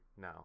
now